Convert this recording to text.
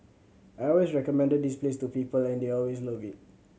I always recommended this place to people and they always love it